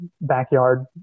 backyard